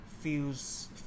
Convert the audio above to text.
feels